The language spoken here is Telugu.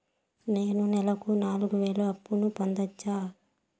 నేను నెలకు నాలుగు వేలు అప్పును పొందొచ్చా?